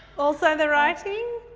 also the writing.